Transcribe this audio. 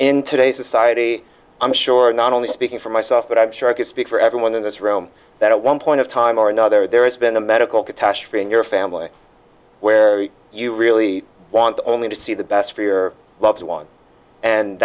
in today's society i'm sure not only speaking for myself but i'm sure i could speak for everyone in this room that at one point of time or another there has been a medical catastrophe in your family where you really want only to see the best for your loved one and